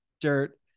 dirt